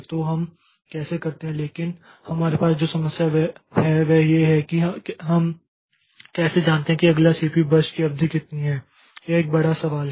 तो हम कैसे करते हैं लेकिन हमारे पास जो समस्या है वह यह है कि हम कैसे जानते हैं कि अगले सीपीयू बर्स्ट की अवधि कितनी है यह एक बड़ा सवाल है